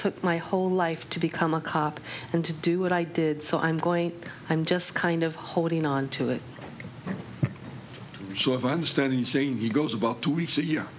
took my whole life to become a cop and to do what i i did so i'm going i'm just kind of holding on to it so if i understand the scene he goes about two weeks a year